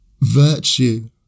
virtue